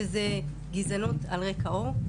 וזה גזענות על רקע עור.